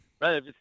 Right